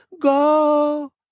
go